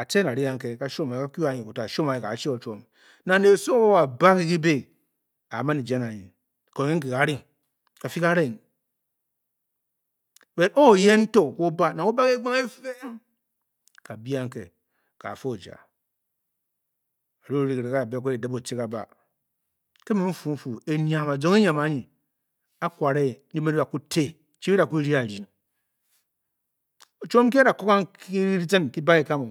a cen àri vanke aku anyi ka-chi chwom punyi ca-chi chwom nang ne su ke waa bear ke kibe a morn ejan anyi ke ario kati ke re ng but oyen to obe nang kaa fa’oja ari ori kyi rang ka dabe aku dim ozi kana R me nfu a zong enyam anyi nyi bi da ‘Kin ti chi nyi bida ku ryi chwom nki a'da koo kankyi ke diiʒm ke ba ki kam. o